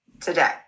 today